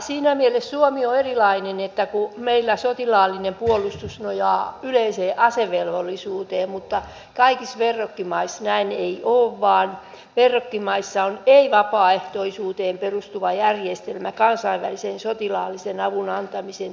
siinä mielessä suomi on erilainen että meillä sotilaallinen puolustus nojaa yleiseen asevelvollisuuteen mutta kaikissa verrokkimaissa näin ei ole vaan verrokkimaissa on ei vapaaehtoisuuteen perustuva järjestelmä kansainvälisen sotilaallisen avun antamisen tehtävissä